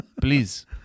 Please